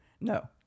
No